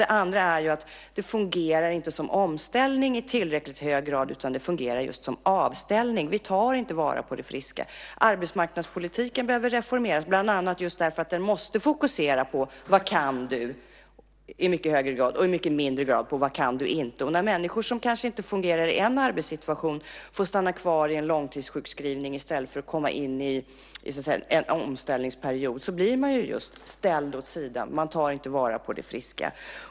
Det andra är att det inte fungerar som omställning i tillräckligt hög grad, utan det fungerar just som en avställning. Vi tar inte vara på det friska. Arbetsmarknadspolitiken behöver reformeras bland annat just därför att den i mycket högre grad måste fokusera på vad man kan och i mycket mindre grad på vad man inte kan. När människor som kanske inte fungerar i en arbetssituation får stanna kvar i långtidssjukskrivning i stället för att komma in i en omställningsperiod blir de just ställda åt sidan. Man tar inte vara på det friska.